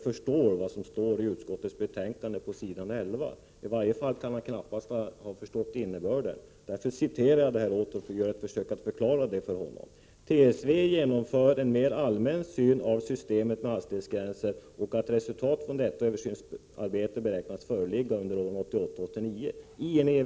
förstår vad som står i utskottets betänkande på s. 11. Han kan i varje fall inte ha förstått innebörden. Därför citerar jag utskottet i ett försök att förklara detta för honom. Utskottet framhöll att ”TSV genomför en mera allmän översyn av systemet med hastighetsgränser och att resultat från detta översynsarbete beräknas föreligga under åren 1988 och 1989”.